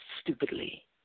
stupidly